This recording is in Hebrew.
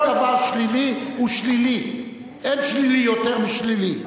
כל דבר שלילי הוא שלילי, ואין שלילי יותר משלילי.